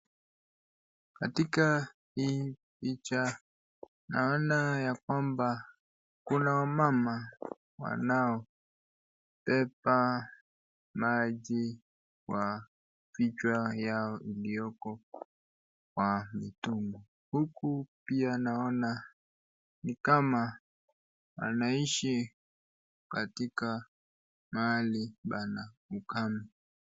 Katika hii picha naona ya kwamba kuna wamama wanaobeba maji kwa vichwa yao iliyokp kwa mitungi, huku pia naona ni kama wanaishi katika mahali pana ukame.